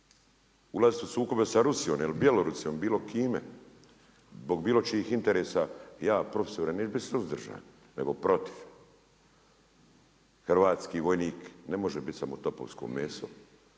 ulaziti u sukobe sa Rusijom ili Bjelorusijom, bilo kome, zbog bilo čijih interesa ja profesore neću biti suzdržan, nego protiv. Hrvatski vojnik ne može bit samo topovsko meso,